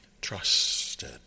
trusted